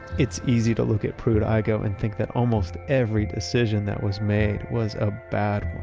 it's easy to look at pruitt-igoe and think that almost every decision that was made was a bad